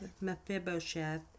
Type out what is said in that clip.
Mephibosheth